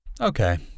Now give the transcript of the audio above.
Okay